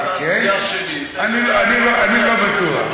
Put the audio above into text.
יש לי את העשייה שלי, אני לא בטוח.